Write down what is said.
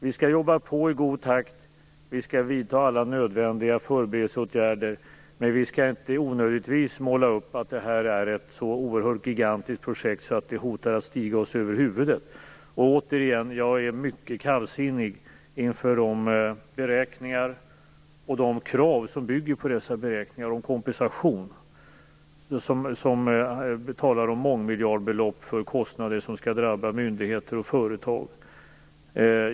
Vi skall jobba på i god takt och vi skall vidta alla nödvändiga förberedelseåtgärder, men vi skall inte onödigtvis måla upp att detta är ett så oerhört gigantiskt projekt att det hotar att stiga oss över huvudet. Återigen: Jag är mycket kallsinnig inför dessa beräkningar och de krav på kompensation som bygger på dessa beräkningar. Det talas om mångmiljardbelopp för kostnader som skall drabba myndigheter och företag.